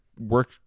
work